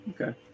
Okay